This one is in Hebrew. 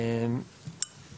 פה עוד כמה